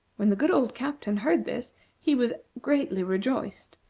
when the good old captain heard this he was greatly rejoiced,